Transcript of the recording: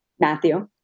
Matthew